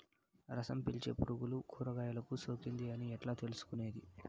రసం పీల్చే పులుగులు కూరగాయలు కు సోకింది అని ఎట్లా తెలుసుకునేది?